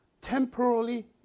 Temporarily